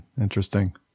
interesting